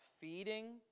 feeding